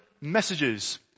messages